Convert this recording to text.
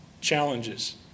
challenges